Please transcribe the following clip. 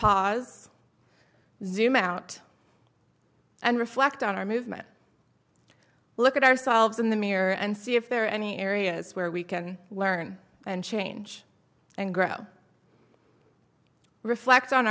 zoom out and reflect on our movement look at ourselves in the mirror and see if there are any areas where we can learn and change and grow reflect on